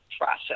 process